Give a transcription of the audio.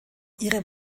ihre